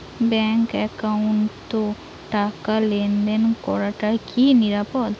Bank একাউন্টত টাকা লেনদেন করাটা কি নিরাপদ?